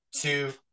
two